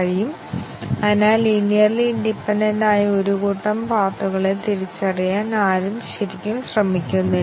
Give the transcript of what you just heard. കൂടാതെ ഈ atomic condition compound അവസ്ഥയുടെ ഫലമോ തീരുമാനമോ നിർണ്ണയിക്കും